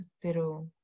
pero